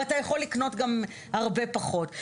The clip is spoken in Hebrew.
ואתה יכול לקנות גם הרבה פחות.